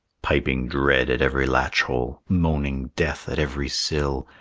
piping dread at every latch-hole, moaning death at every sill,